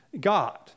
God